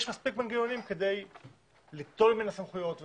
יש מספיק מנגנונים כדי ליטול ממנה סמכויות וכו'.